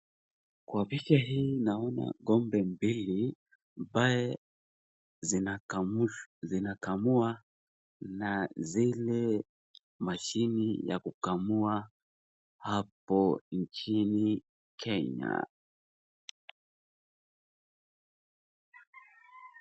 Kwa picha hii naona ng'ombe mbili ambaye zinakamua na zile mashini ya kukamua, hapo nchini Kenya.